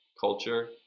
culture